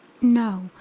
No